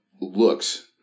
looks